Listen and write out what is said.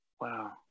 Wow